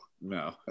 no